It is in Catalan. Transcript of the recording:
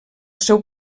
seu